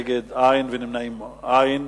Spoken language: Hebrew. נגד, אין, ונמנעים, אין.